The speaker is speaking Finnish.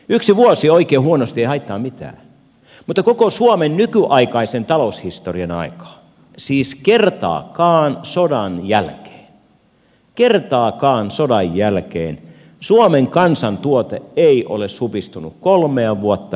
yksi vuosi oikein huonosti ei haittaa mitään mutta koko suomen nykyaikaisen taloushistorian aikaan siis kertaakaan sodan jälkeen kertaakaan sodan jälkeen suomen kansantuote ei ole supistunut kolmea vuotta peräkkäin